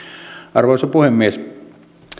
arvoisa puhemies